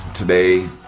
Today